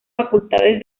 facultades